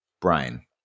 Brian